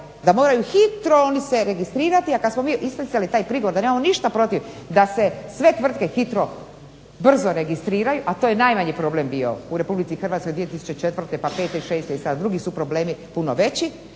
da moraju hitro oni se registrirati, a kad smo mi isticali taj prigovor da nemamo ništa protiv da se sve tvrtke hitro, brzo registriraju, a to je najmanji problem bio u Republici Hrvatskoj 2004. pa '05., '06. i sad, drugi su problemi puno veći,